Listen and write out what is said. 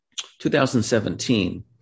2017